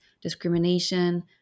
discrimination